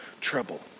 trouble